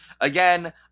again